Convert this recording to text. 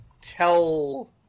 tell